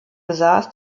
besaß